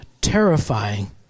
terrifying